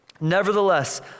Nevertheless